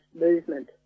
movement